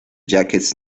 jacques